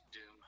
Doom